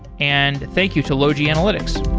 and thank you to logi analytics.